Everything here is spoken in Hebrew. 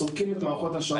סורקים את מערכות השעות,